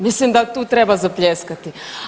Mislim da tu treba zapljeskati.